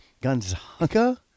Gonzaga